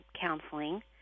counseling